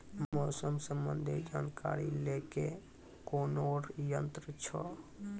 मौसम संबंधी जानकारी ले के लिए कोनोर यन्त्र छ?